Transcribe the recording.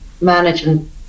managing